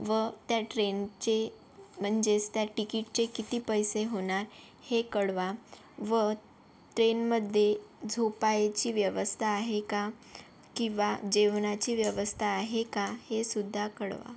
व त्या ट्रेनचे म्हणजेच त्या टिकीटचे किती पैसे होणार हे कळवा व ट्रेनमध्ये झोपायची व्यवस्था आहे का किंवा जेवणाची व्यवस्था आहे का हे सुद्धा कळवा